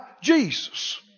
Jesus